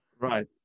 Right